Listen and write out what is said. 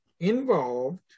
involved